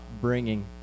bringing